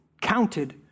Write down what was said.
counted